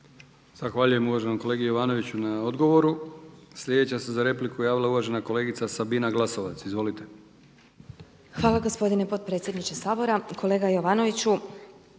Zahvaljujem uvaženom kolegi Jovanoviću na odgovoru. Sljedeća se za repliku javila uvažena kolegica Sabina Glasovac, izvolite. **Glasovac, Sabina (SDP)** Hvala gospodine potpredsjedniče Sabora. Kolega Jovanoviću